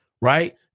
right